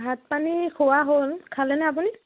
ভাত পানী খোৱা হ'ল খালেনে আপুনি